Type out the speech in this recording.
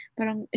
Parang